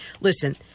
Listen